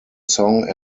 song